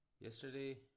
Yesterday